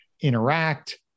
interact